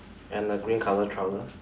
and a green color trousers